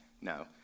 No